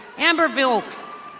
amber vilks.